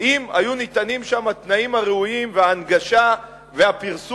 אם היו ניתנים שם התנאים הראויים וההנגשה והפרסום